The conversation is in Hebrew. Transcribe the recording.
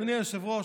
אדוני היושב-ראש,